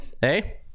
hey